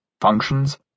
functions